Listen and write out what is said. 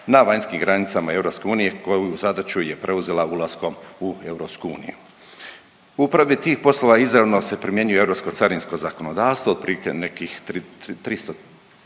na vanjskim granicama EU, koju zadaću je preuzela ulaskom u EU. U upravi tih poslova izravno se primjenjuje europsko carinsko zakonodavstvo, otprilike nekih 300